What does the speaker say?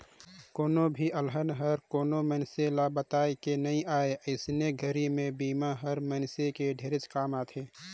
कोनो भी अलहन हर कोनो मइनसे ल बताए के नइ आए अइसने घरी मे बिमा हर मइनसे के ढेरेच काम आथे